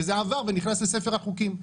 וזה עבר ונכנס לספר החוקים.